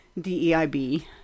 DEIB